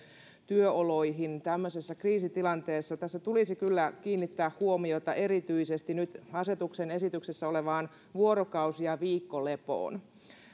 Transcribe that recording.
työoloihin tämmöisessä kriisitilanteessa niin tässä tulisi kyllä kiinnittää huomiota erityisesti nyt asetuksen esityksessä olevaan vuorokausi ja viikkolepoon vuorokausi ja viikkolevon